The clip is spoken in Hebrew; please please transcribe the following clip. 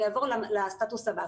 אני אעבור לסטטוס הבא.